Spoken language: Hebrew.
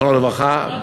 זיכרונו לברכה,